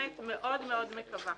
מאוד מקווה